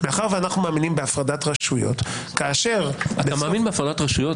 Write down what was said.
מאחר שאנחנו מאמינים בהפרדת רשויות --- אתה מאמין בהפרדת רשויות?